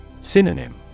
Synonym